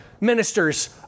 ministers